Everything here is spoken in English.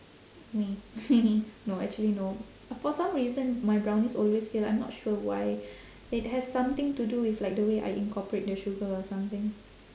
me no actually no for some reason my brownies always fail I'm not sure why it has something to do with like the way I incorporate the sugar or something